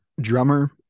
drummer